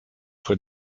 für